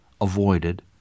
avoided